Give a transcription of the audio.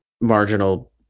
marginal